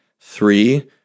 Three